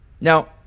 Now